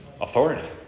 Authority